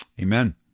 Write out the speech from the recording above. Amen